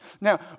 Now